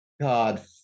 God